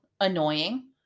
Annoying